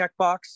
checkbox